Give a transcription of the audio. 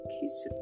he's-